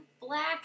black